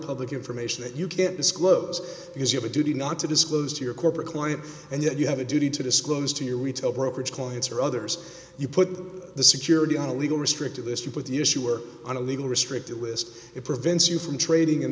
public information that you can't disclose because you have a duty not to disclose to your corporate client and yet you have a duty to disclose to your retail brokerage clients or others you put the security on a legal restricted list you put the issuer on a legal restricted list it prevents you from trading in